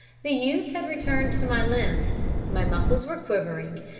the use had returned to my limbs my muscles were quivering,